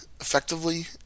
effectively